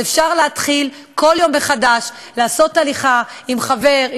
אז אפשר להתחיל כל יום מחדש לעשות הליכה עם חבר,